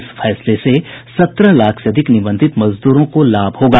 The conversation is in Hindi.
इस निर्णय से सत्रह लाख से अधिक निबंधित मजदूरों को लाभ मिलेगा